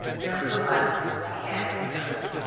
nevertheless, he had his toast.